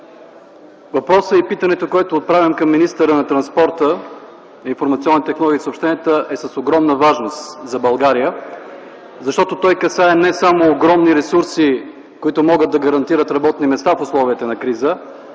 Въпросът и питането, което отправям към министъра на транспорта, информационните технологии и съобщенията, е с огромна важност за България, защото касае не само огромни ресурси, които могат да гарантират работни места в условията на криза,